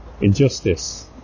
Injustice